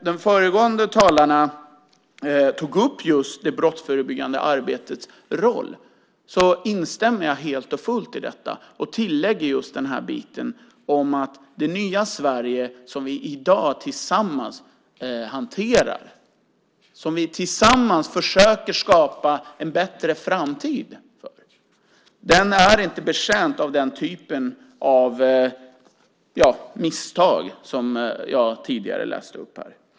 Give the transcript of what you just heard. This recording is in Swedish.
De föregående talarna har tagit upp det brottsförebyggande arbetets roll. Jag instämmer helt och fullt i det och tillägger att det nya Sverige, som vi i dag tillsammans försöker skapa en bättre framtid för, inte är betjänt av den typen av misstag som jag tidigare läste upp.